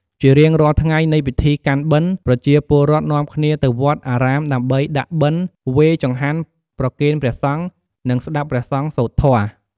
ជារៀងរាល់ថ្ងៃនៃពិធីកាន់បិណ្ឌ ប្រជាពលរដ្ឋនាំគ្នាទៅវត្តអារាមដើម្បីដាក់បិណ្ឌ វេចង្ហាន់ ប្រគេនព្រះសង្ឃ និងស្ដាប់ព្រះសង្ឃសូត្រធម៌។